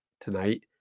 tonight